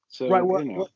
Right